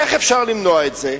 איך אפשר למנוע את זה?